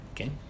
Okay